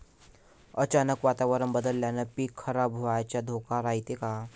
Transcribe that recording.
अचानक वातावरण बदलल्यानं पीक खराब व्हाचा धोका रायते का?